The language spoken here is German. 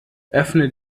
öffne